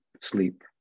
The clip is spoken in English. sleep